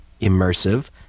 immersive